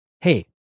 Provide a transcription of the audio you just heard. hey